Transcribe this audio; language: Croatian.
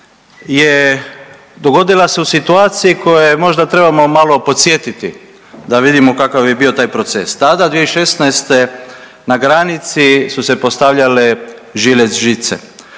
dogodila se u situaciji koju možda trebamo malo podsjetiti da vidimo kakav je bio taj proces. Tada 2016. na granici su se postavljale žilet žice.